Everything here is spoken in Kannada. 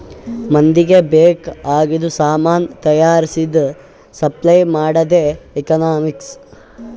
ಮಂದಿಗ್ ಬೇಕ್ ಆಗಿದು ಸಾಮಾನ್ ತೈಯಾರ್ಸದ್, ಸಪ್ಲೈ ಮಾಡದೆ ಎಕನಾಮಿಕ್ಸ್